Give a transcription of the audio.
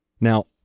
Now